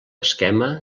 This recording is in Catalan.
esquema